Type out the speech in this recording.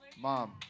Mom